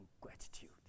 gratitude